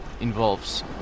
involves